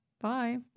Bye